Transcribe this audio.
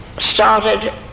started